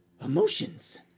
emotions